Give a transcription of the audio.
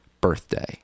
birthday